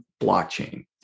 blockchain